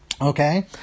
Okay